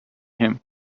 him